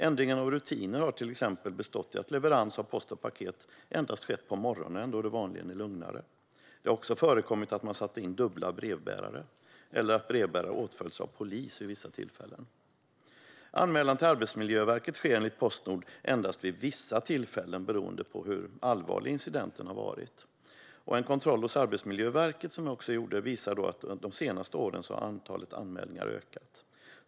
Ändringarna av rutiner har till exempel bestått i att leverans av post och paket endast skett på morgonen då det vanligen är lugnare. Det har också förekommit att man satt in dubbla brevbärare eller att brevbärare åtföljts av polis vid vissa tillfällen. Anmälan till Arbetsmiljöverket sker enligt Postnord endast vid vissa tillfällen, beroende på hur allvarlig incidenten har varit. En kontroll hos Arbetsmiljöverket som jag gjorde visar att antalet anmälningar har ökat de senaste åren.